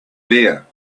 bear